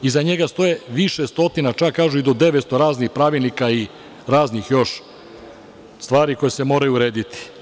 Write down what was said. Iza njega stoje više stotina, čak kažu i do 900 raznih pravilnika i raznih još stvari koje se moraju urediti.